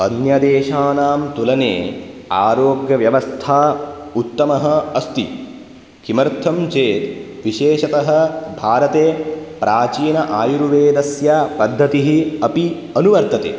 अन्यदेशानां तुलने आरोग्यव्यवस्था उत्तमः अस्ति किमर्थं चेत् विशषतः भारते प्राचीन आयुर्वेदस्य पद्धतिः अपि अनुवर्तते